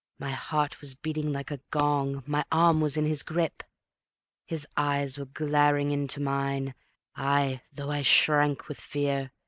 my heart was beating like a gong my arm was in his grip his eyes were glaring into mine aye, though i shrank with fear,